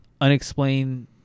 unexplained